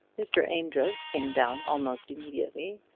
mr. amedroz came down almost immediately,